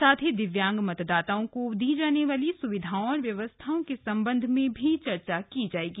साथ ही दिव्यांग मतदाताओं को दी जाने वाली सुविधाओं और व्यवस्थाओं के संबंध में भी चर्चा की जायेगी